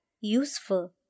useful